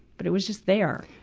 but it was just there.